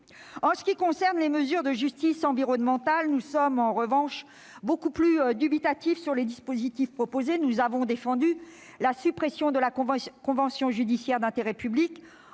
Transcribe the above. En ce qui concerne les mesures de justice environnementale, nous sommes en revanche beaucoup plus dubitatifs sur les dispositifs proposés. Nous avons défendu la suppression de la convention judiciaire d'intérêt public